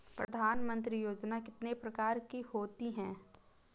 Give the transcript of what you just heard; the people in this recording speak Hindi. प्रधानमंत्री योजना कितने प्रकार की होती है?